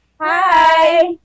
Hi